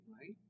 right